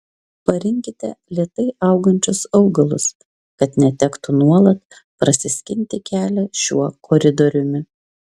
parinkite lėtai augančius augalus kad netektų nuolat prasiskinti kelią šiuo koridoriumi